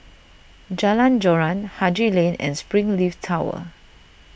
Jalan Joran Haji Lane and Springleaf Tower